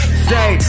Say